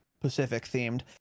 Pacific-themed